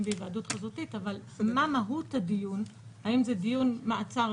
בהיוועדות חזותית אבל מה מהות הדיון האם זה דיון מעצר,